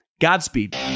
Godspeed